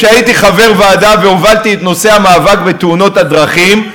כשהייתי חבר הוועדה והובלתי את נושא המאבק בתאונות הדרכים,